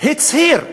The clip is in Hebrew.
הצהיר כאן,